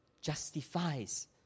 justifies